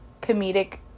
comedic